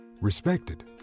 Respected